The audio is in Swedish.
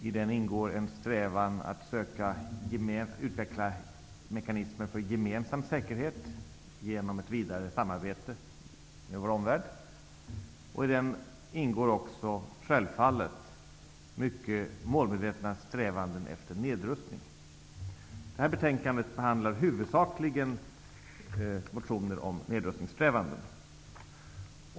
I den ingår en strävan att söka utveckla mekanismer för gemensam säkerhet, genom ett vidare samarbete med vår omvärld. I den ingår självfallet också mycket målmedvetna strävanden efter nedrustning. I det här betänkandet behandlas huvudsakligen motioner om nedrustningssträvanden.